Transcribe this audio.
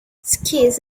skis